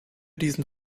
diesen